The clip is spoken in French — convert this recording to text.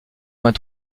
moins